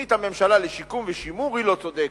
בתוכנית הממשלה לשיקום ושימור, היא לא צודקת.